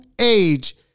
age